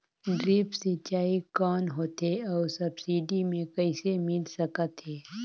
Drip सिंचाई कौन होथे अउ सब्सिडी मे कइसे मिल सकत हे?